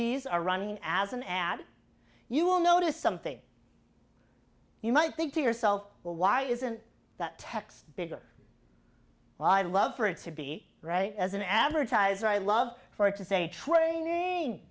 these are running as an ad you will notice something you might think to yourself well why isn't that text bigger well i'd love for it to be right as an advertiser i love for it to say